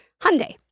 Hyundai